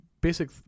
basic